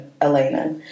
Elena